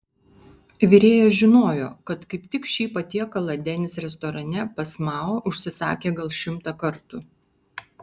virėjas žinojo kad kaip tik šį patiekalą denis restorane pas mao užsisakė gal šimtą kartų